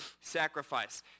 sacrifice